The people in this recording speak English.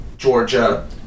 Georgia